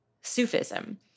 Sufism